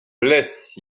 bless